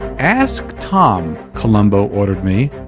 ask tom, columbo ordered me,